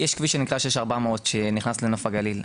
יש כביש שנקרא 6400 שנכנס לנוף הגליל,